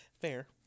fair